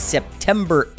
September